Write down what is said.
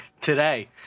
Today